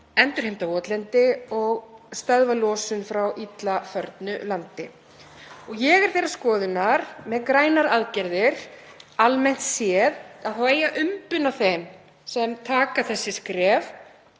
endurheimta votlendi og stöðva losun frá illa förnu landi. Ég er þeirrar skoðunar með grænar aðgerðir almennt séð að það eigi að umbuna þeim sem taka þessi skref.